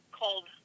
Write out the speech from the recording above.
cold